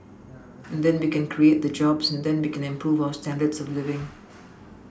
and then we can create the jobs and then we can improve our standards of living